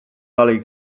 dalej